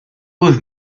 was